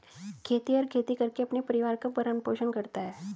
खेतिहर खेती करके अपने परिवार का भरण पोषण करता है